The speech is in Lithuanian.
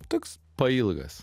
toks pailgas